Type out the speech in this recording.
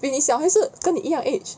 比你小还是跟你一样 age